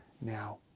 now